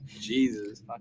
Jesus